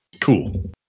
Cool